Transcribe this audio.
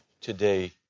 today